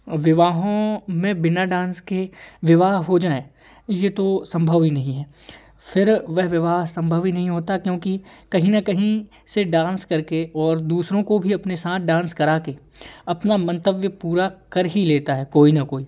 विवाहों में बीना डांस किए विवाह हो जाएँ ये तो संभव ही नहीं है फिर वह विवाह संभव ही नहीं होता क्योंकि कहीं न कहीं से डांस करके और दूसरों को भी अपने साथ डांस करा कर अपना मंतव्य पूरा कर ही लेता है कोई न कोई